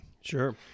Sure